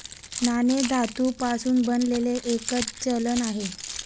नाणे धातू पासून बनलेले एक चलन आहे